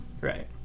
right